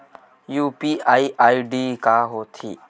UPI ID का होथे?